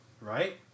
right